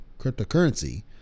cryptocurrency